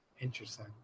Interesting